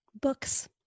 Books